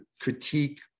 critique